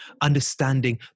understanding